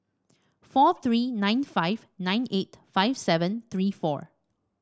four three nine five nine eight five seven three four